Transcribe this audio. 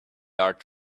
art